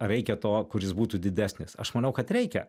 ar reikia to kuris būtų didesnis aš manau kad reikia